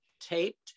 taped